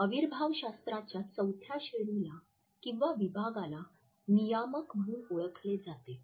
अविर्भावशास्त्राच्या चौथ्या श्रेणीला किंवा विभागाला 'नियामक' म्हणून ओळखले जाते